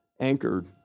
anchored